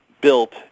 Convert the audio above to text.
built